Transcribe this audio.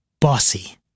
bossy